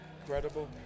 incredible